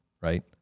right